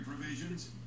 provisions